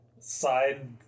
side